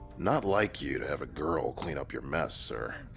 not like you to have a girl clean up your mess, sir.